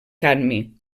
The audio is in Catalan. cadmi